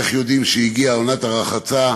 איך יודעים שהגיעה עונת הרחצה?